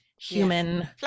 human